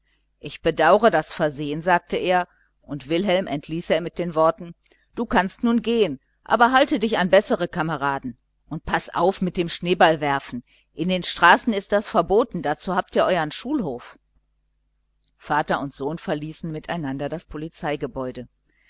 ich bedaure das versehen sagte er und wilhelm entließ er mit den worten du kannst nun gehen aber halte dich an bessere kameraden und paß auf mit dem schneeballenwerfen in den straßen ist das verboten dazu habt ihr euren schulhof vater und sohn verließen miteinander das